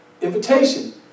Invitation